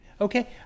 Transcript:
Okay